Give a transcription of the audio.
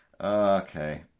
Okay